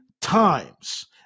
times